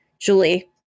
Julie